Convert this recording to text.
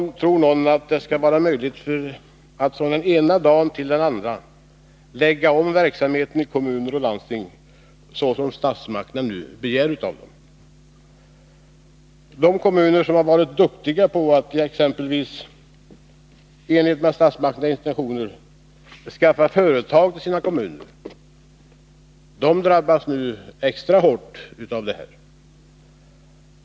Hur tror någon att det skall vara möjligt att från den ena dagen till den andra lägga om verksamheten i kommuner och landsting, såsom statsmakterna nu begär av dem? De kommuner som varit ”duktiga” på att — i enlighet med statsmakternas intentioner — få företag till kommunerna drabbas nu extra hårt.